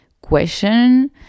question